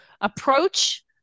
approach